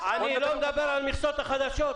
אני לא מדבר על המכסות החדשות,